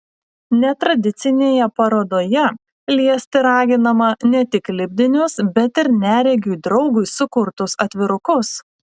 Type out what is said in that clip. netradicinėje parodoje liesti raginama ne tik lipdinius bet ir neregiui draugui sukurtus atvirukus